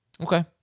Okay